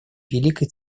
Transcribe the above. великой